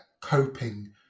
coping